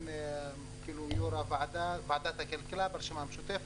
אני יושב-ראש ועדת הכלכלה ברשימה המשותפת,